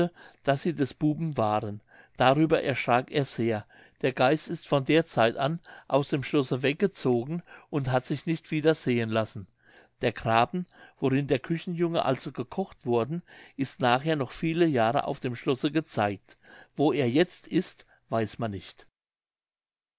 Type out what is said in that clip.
daß sie des buben waren darüber erschrak er sehr der geist ist von der zeit an aus dem schlosse weggezogen und hat sich nicht wieder sehen lassen der grapen worin der küchenjunge also gekocht worden ist nachher noch viele jahre auf dem schlosse gezeigt wo er jetzt ist weiß man nicht